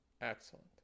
Excellent